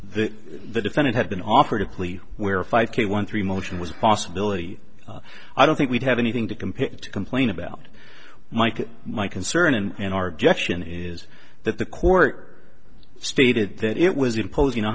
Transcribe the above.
the the defendant had been offered a plea where five k one three motion was possibility i don't think we'd have anything to compare it to complain about mike my concern and our gesture is that the court stated that it was imposing a